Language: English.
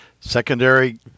secondary